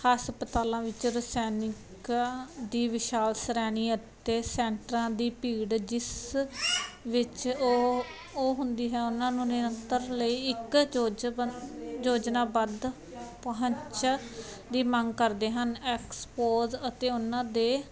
ਹਸਪਤਾਲਾਂ ਵਿੱਚ ਰਸਾਇਣਿਕਾਂ ਦੀ ਵਿਸ਼ਾਲ ਸ਼੍ਰੇਣੀ ਅਤੇ ਸੈਂਟਰਾਂ ਦੀ ਭੀੜ ਜਿਸ ਵਿੱਚ ਉਹ ਉਹ ਹੁੰਦੀ ਹੈ ਉਹਨਾਂ ਨੂੰ ਨਿਰੰਤਰ ਲਈ ਇੱਕ ਯੋਜ ਬੱਧ ਯੋਜਨਾਬੱਧ ਪਹੁੰਚਾਂ ਦੀ ਮੰਗ ਕਰਦੇ ਹਨ ਐਕਸਪੋਜ ਅਤੇ ਉਹਨਾਂ ਦੇ